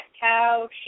cow